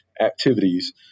activities